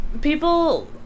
people